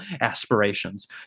aspirations